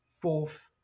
fourth